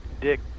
Dick